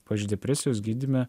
pavyzdžiui depresijos gydyme